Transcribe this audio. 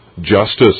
justice